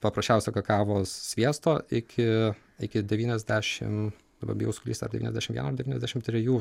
paprasčiausio kakavos sviesto iki iki devyniasdešim daba bijau suklyst ar devyniasdešimt vieno ar devyniasdešimt trijų